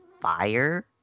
fire